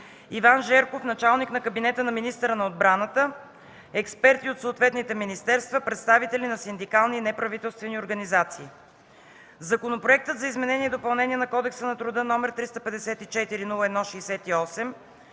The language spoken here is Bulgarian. Иван Жерков – началник на кабинета на министъра на отбраната, експерти от съответните министерства, представители на синдикални и неправителствени организации. Законопроектът за изменение и допълнение на Кодекса на труда, № 354-01-68